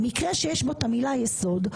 במקרה שיש בו את המילה יסוד,